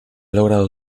logrado